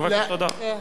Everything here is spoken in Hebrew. תודה.